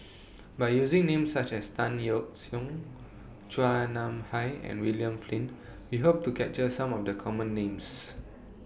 By using Names such as Tan Yeok Seong Chua Nam Hai and William Flint We Hope to capture Some of The Common Names